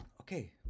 Okay